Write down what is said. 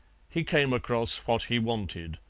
he came across what he wanted.